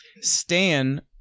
Stan